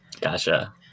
Gotcha